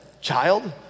child